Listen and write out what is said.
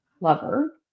Lover